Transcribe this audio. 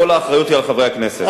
כל האחריות היא על חברי הכנסת.